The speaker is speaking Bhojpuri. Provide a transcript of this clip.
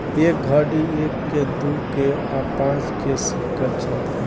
ए घड़ी एक के, दू के आ पांच के सिक्का चलता